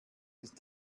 ist